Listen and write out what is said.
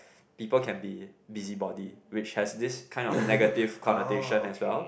people can be busybody which has this kind of negative connotation as well